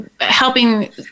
helping